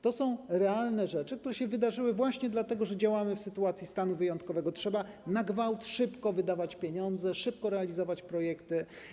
To są realne rzeczy, które się wydarzyły właśnie dlatego, że działamy w sytuacji stanu wyjątkowego, trzeba na gwałt, szybko wydawać pieniądze, szybko realizować projekty.